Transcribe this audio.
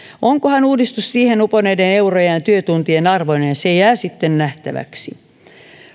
onkohan uudistus siihen uponneiden eurojen ja ja työtuntien arvoinen se jää sitten nähtäväksi